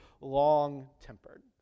long-tempered